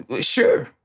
Sure